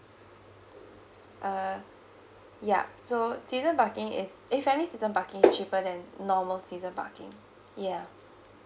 uh yeah so season parking is eh any season parking is cheaper than normal season parking yeah